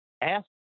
Ask